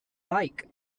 like